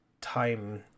time